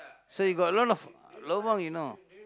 so you got a lot of lobang you know